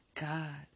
God